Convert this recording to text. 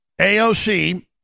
AOC